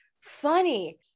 funny